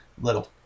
Little